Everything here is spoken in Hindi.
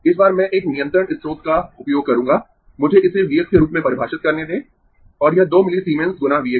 इस बार मैं एक नियंत्रण स्रोत का उपयोग करूंगा मुझे इसे V x के रूप में परिभाषित करने दें और यह 2 मिलीसीमेंस गुना V x है